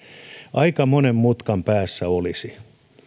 aika monen mutkan päässä olisi